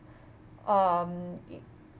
um